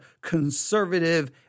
conservative